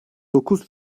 dokuz